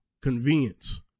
convenience